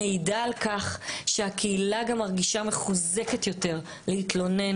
מעידה על כך שהקהילה גם מרגישה מחוזקת יותר להתלונן,